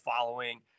following